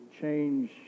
change